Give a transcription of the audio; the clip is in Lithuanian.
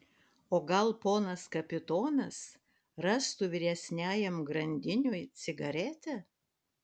o gal ponas kapitonas rastų vyresniajam grandiniui cigaretę